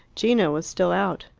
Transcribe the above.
gino was still out.